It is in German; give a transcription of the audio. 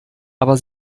aber